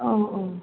औ औ